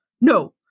no